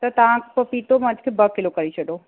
त तव्हां पपीतो मूंखे ॿ किलो करे छॾियो